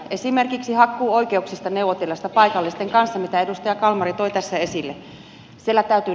esimerkiksi hakkuuoikeuksista neuvotellaan paikallisten kanssa mitä edustaja kalmari toi tässä esille